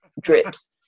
drips